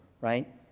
right